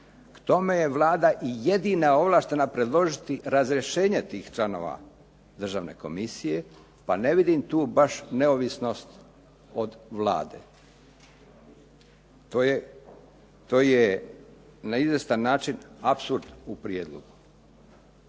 K tome je i Vlada jedina ovlaštena predložiti razrješenje tih članova državne komisije, pa ne vidim tu baš neovisnost od Vlade. To je na izvjestan način apsurd u prijedlogu,